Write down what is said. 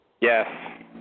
Yes